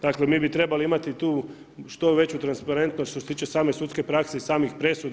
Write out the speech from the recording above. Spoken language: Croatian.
Dakle, mi bi trebali imati tu što veću transparentnost što se tiče same sudske prakse i samih presuda.